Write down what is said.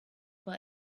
for